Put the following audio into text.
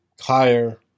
higher